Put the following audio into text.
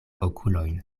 okulojn